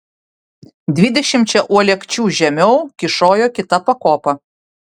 dvidešimčia uolekčių žemiau kyšojo kita pakopa